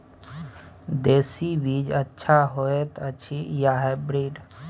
देसी बीज अच्छा होयत अछि या हाइब्रिड?